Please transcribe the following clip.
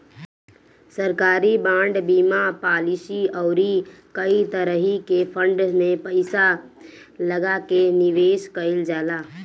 सरकारी बांड, बीमा पालिसी अउरी कई तरही के फंड में पईसा लगा के निवेश कईल जाला